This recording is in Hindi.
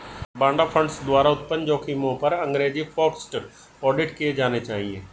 बाड़ा फंड्स द्वारा उत्पन्न जोखिमों पर अंग्रेजी फोकस्ड ऑडिट किए जाने चाहिए